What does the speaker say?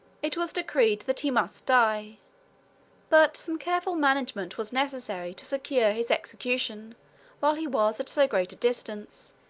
it was decreed that he must die but some careful management was necessary to secure his execution while he was at so great a distance,